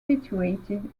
situated